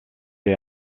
est